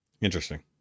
Interesting